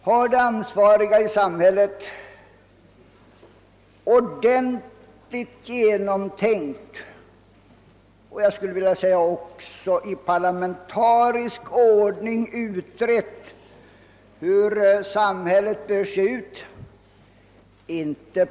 Har de styrande i samhället ordentligt tänkt igenom, och jag skulle vilja säga också i parlamentarisk ordning utrett, hur samhället bör se ut i framtiden?